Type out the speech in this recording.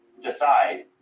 decide